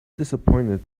disappointed